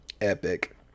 Epic